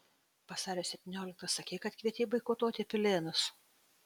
vasario septynioliktą sakei kad kvietei boikotuoti pilėnus